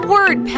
Word